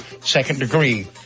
second-degree